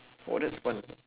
oh that's fun